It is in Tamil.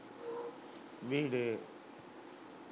வீடு